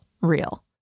real